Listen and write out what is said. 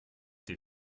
die